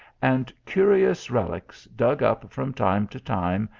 and curious reliques, dug up from time to time,